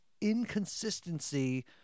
inconsistency